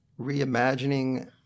reimagining